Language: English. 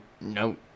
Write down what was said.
No